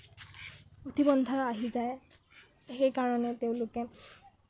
আহি যায় সেইকাৰণে তেওঁলোকে